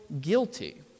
guilty